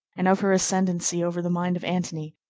and of her ascendency over the mind of antony,